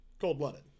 cold-blooded